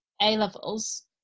A-levels